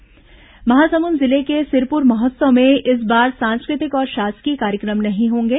सिरपुर महोत्सव महासंमुद जिले के सिरपुर महोत्सव में इस बार सांस्कृतिक और शासकीय कार्यक्रम नहीं होंगे